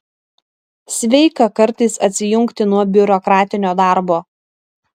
sveika kartais atsijungti nuo biurokratinio darbo